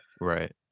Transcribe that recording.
right